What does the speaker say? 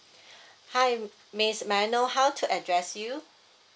hi miss may I know how to address you